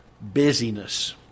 busyness